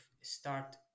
start